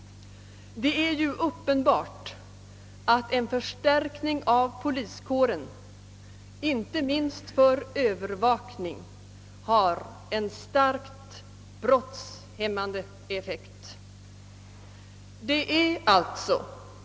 Det är ju uppenbart att en förstärkning av poliskåren, inte minst för övervakning, har en starkt brottshämmande effekt.